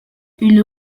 une